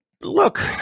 look